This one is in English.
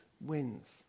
wins